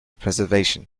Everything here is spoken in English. preservation